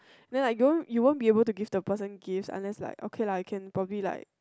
then you wouldn't you wouldn't be able to give the person gives unless like okay lah you can probably like